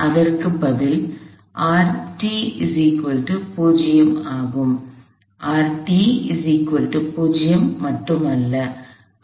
அதற்க்கு பதில் ஆகும் மட்டும் அல்ல